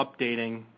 updating